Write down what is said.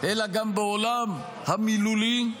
אלא גם בעולם המילולי,